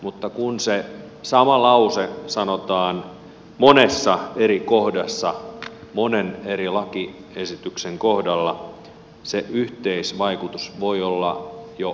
mutta kun se sama lause sanotaan monessa eri kohdassa monen eri lakiesityksen kohdalla se yhteisvaikutus voi olla jo merkittävä